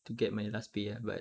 to get my last pay ah but